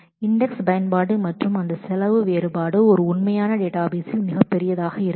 index பயன்பாடு மற்றும் அந்த காஸ்ட் வேறுபாடு ஒரு உண்மையான டேட்டாபேஸில் மிகப்பெரியதாக இருக்கும்